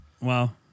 Wow